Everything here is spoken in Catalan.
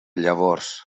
llavors